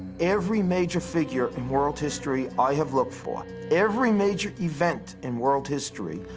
every major figure in world history i have looked for, every major event in world history,